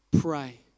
pray